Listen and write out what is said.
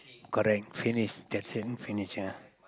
correct finish that's it finish ah